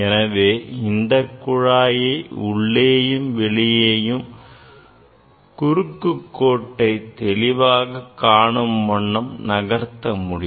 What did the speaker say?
எனவே இந்தக் குழாயை உள்ளேயும் வெளியேயும் குறுக்கு கோட்டை தெளிவாகக் காணும் வரை நகர்த்த முடியும்